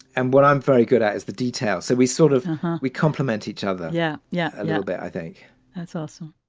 and what i'm very good at is the detail. so we sort of we complement each other. yeah. yeah. yeah but i think that's also